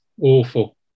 Awful